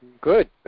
Good